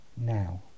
now